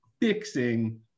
fixing